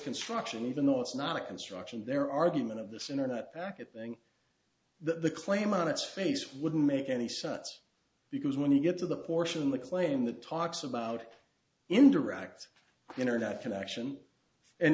construction even though it's not a construction their argument of this internet package thing that the claim on its face wouldn't make any sense because when you get to the portion of the claim that talks about indirect internet connection and